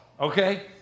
okay